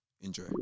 Enjoy